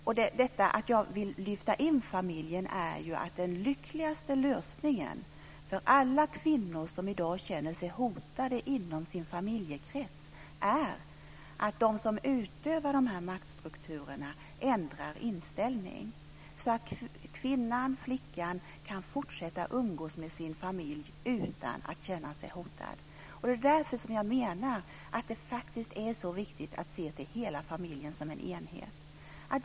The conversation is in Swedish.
Att jag vill lyfta in familjen beror på att den lyckligaste lösningen för alla kvinnor som i dag känner sig hotade inom sin familjekrets är att de som utövar dessa maktstrukturer ändrar inställning, så att kvinnan kan fortsätta att umgås med sin familj utan att känna sig hotad. Därför är det så viktigt att se till hela familjen som en enhet.